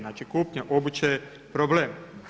Znači kupnja obuće je problem.